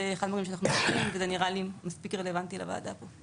זה אחד הדברים שאנחנו עושים וזה נראה לי מספיק רלוונטי לוועדה פה.